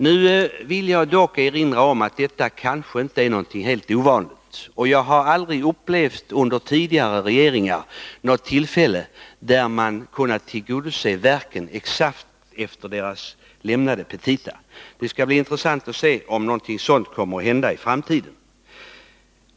Jag vill dock erinra om att detta inte är helt ovanligt. Jag har aldrig upplevt att någon tidigare regering har kunnat tillgodose verken exakt enligt deras petita. Det skall bli intressant att se om något sådant kommer att hända i framtiden.